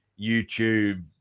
youtube